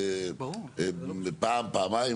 צופה פני עתיד.